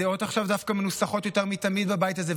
הדעות עכשיו דווקא מנוסחות יותר מתמיד בבית הזה,